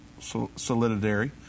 solidary